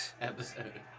episode